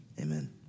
Amen